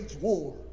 war